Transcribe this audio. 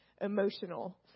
emotional